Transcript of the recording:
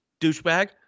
douchebag